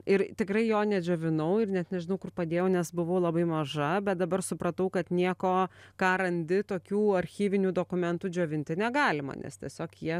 ir tikrai jo nedžiovinau ir net nežinau kur padėjau nes buvau labai maža bet dabar supratau kad nieko ką randi tokių archyvinių dokumentų džiovinti negalima nes tiesiog jie